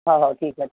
ହଉ ହଉ ଠିକ୍ ଅଛି